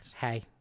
Hey